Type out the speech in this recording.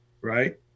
right